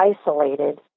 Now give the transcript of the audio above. isolated